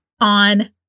on